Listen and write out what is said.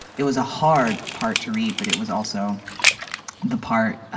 it was a hard part to read but it was also the part